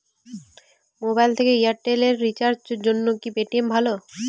Mobile থেকে Airtel এ রিচার্জের জন্য কি পেটিএম ভালো?